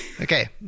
Okay